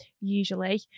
usually